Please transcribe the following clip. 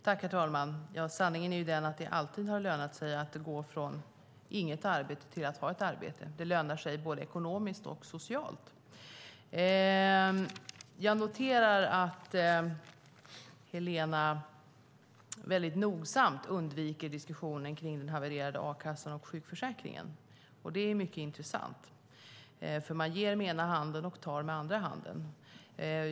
Herr talman! Sanningen är att det alltid har lönat sig att gå från inget arbete till att ha ett arbete. Det lönar sig både ekonomiskt och socialt. Jag noterar att Helena nogsamt undviker diskussionen om den havererade a-kassan och sjukförsäkringen. Det är mycket intressant. Man ger med den ena handen och tar med den andra.